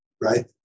right